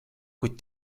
kuid